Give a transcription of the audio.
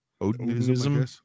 Odin-ism